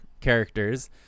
characters